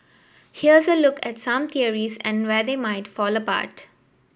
here's a look at some theories and where they might fall apart